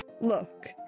Look